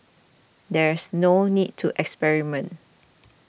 there's no need to experiment